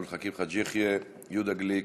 עבד אל חכים חאג' יחיא, יהודה גליק,